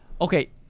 okay